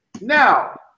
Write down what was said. now